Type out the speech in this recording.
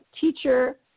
teacher